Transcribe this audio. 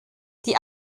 die